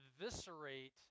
eviscerate